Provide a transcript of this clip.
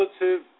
relative